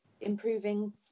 improving